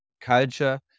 culture